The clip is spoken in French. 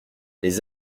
les